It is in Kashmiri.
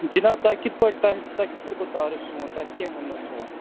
جِناب تُہۍ کِتھٕ پٲٹھۍ تُہۍ کِتھٕ پٲٹھۍ گوٚو تعارُف سون تۅہہِ کٔمۍ ووٚننَو سون